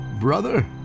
Brother